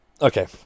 Okay